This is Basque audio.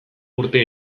urte